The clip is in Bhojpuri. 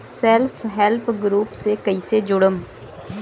सेल्फ हेल्प ग्रुप से कइसे जुड़म?